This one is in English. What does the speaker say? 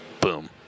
Boom